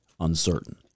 Uncertain